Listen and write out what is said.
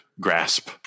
grasp